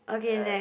okay next